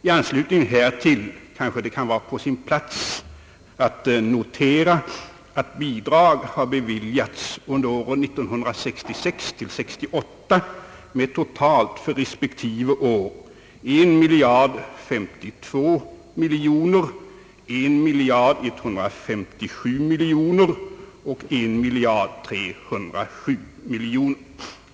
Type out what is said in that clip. I anslutning härtill kanske det kan vara på sin plats att notera att bidrag har beviljats under åren 1966— 1968 med totalt för respektive år 1052 miljoner, 1157 miljoner och 1307 miljoner kronor.